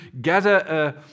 gather